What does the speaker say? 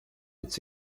its